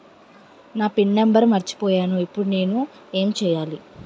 నా pin number మర్చిపోయాను ఇప్పుడు నేను ఎంచేయాలి?